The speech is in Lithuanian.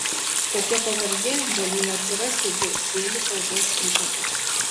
tokia pavardė galėjo atsirasti dėl sėlių kalbos įtakos